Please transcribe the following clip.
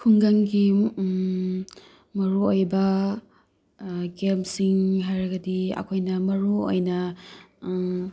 ꯈꯨꯡꯒꯪꯒꯤ ꯃꯔꯨ ꯑꯣꯏꯕ ꯒꯦꯝꯁꯤꯡ ꯍꯥꯏꯔꯒꯗꯤ ꯑꯩꯈꯣꯏꯅ ꯃꯔꯨ ꯑꯣꯏꯅ